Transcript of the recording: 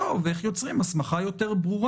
מוצאים יותר חולים כי יש יותר